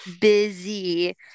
busy